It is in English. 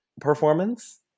performance